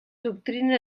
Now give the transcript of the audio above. doctrines